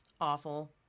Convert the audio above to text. awful